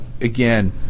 again